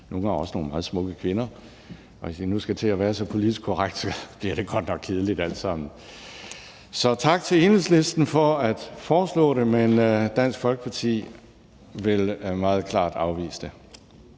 nogle gange også nogle meget smukke kvinder. Hvis vi nu skal til at være så politisk korrekte, bliver det godt nok kedeligt alt sammen. Så tak til Enhedslisten for at foreslå det, men Dansk Folkeparti vil meget klart afvise det.